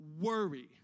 worry